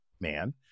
man